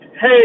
Hey